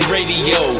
Radio